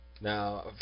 Now